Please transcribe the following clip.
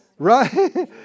Right